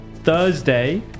thursday